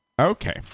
Okay